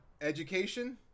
education